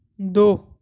دو